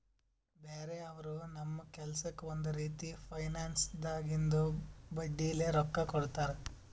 ಬ್ಯಾರೆ ಅವರು ನಮ್ ಕೆಲ್ಸಕ್ಕ್ ಒಂದ್ ರೀತಿ ಫೈನಾನ್ಸ್ದಾಗಿಂದು ಬಡ್ಡಿಲೇ ರೊಕ್ಕಾ ಕೊಡ್ತಾರ್